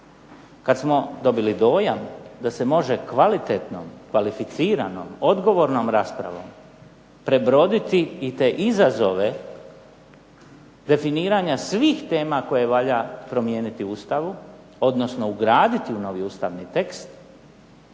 kad smo dobili dojam da se može kvalitetno, kvalificirano, odgovornom raspravom prebroditi i te izazove definiranja svih tema koje valja promijeniti u Ustavu, odnosno ugraditi u novi ustavni tekst,